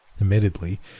Admittedly